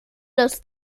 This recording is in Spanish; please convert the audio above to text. los